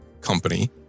company